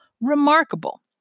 remarkable